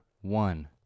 One